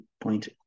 point